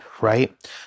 right